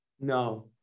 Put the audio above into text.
No